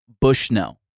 Bushnell